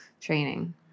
training